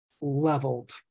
leveled